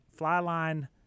Flyline